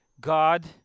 God